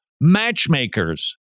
Matchmakers